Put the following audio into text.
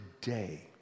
today